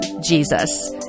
Jesus